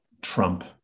Trump